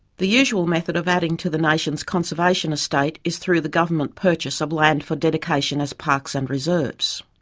the usual method of adding to the nation's conservation estate is through the government purchase of land for dedication as parks and reserves.